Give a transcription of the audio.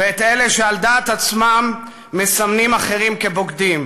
ואת אלה שעל דעת עצמם מסמנים אחרים כבוגדים,